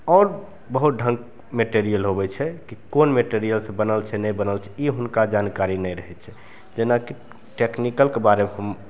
आओर बहुत ढङ्ग मेटेरिअल होबै छै कि कोन मेटेरिअलसे बनल छै नहि बनल छै ई हुनका जानकारी नहि रहै छै जेनाकि टेक्निकलके बारेमे हम